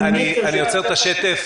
ד"ר פישל, אני עוצר את השטף.